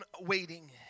waiting